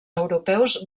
europeus